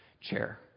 Chair